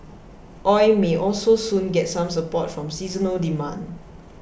oil may also soon get some support from seasonal demand